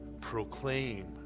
proclaim